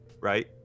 right